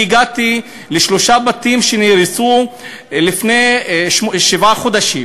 אני הגעתי לשלושה בתים שנהרסו לפני שבעה חודשים,